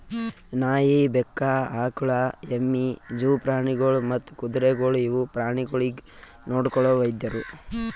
ನಾಯಿ, ಬೆಕ್ಕ, ಆಕುಳ, ಎಮ್ಮಿ, ಜೂ ಪ್ರಾಣಿಗೊಳ್ ಮತ್ತ್ ಕುದುರೆಗೊಳ್ ಇವು ಪ್ರಾಣಿಗೊಳಿಗ್ ನೊಡ್ಕೊಳೋ ವೈದ್ಯರು